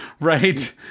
right